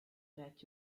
that